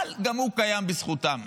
אבל גם הוא קיים בזכותם,